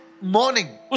morning